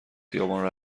خیابون